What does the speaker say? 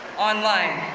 online,